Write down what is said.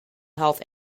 health